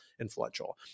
influential